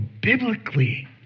biblically